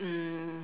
mm